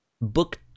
book